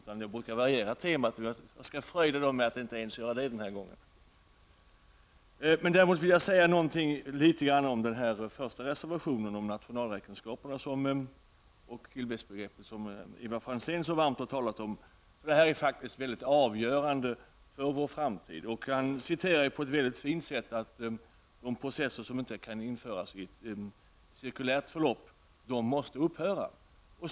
Jag brukar variera temat, och jag skall fröjda dem med att inte ens göra det den här gången. Jag skall säga några ord om reservation 1 med rubriken Nationalräkenskaper och tillväxtbegrepp, som Ivar Franzén så varmt har talat för. Den här frågan är faktiskt mycket avgörande för vår framtid. Ivar Franzén säger på ett mycket fint sätt att de processer som inte kan införas i ett cirkulärt förlopp måste upphöra.